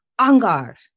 Angar